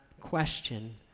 question